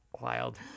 Wild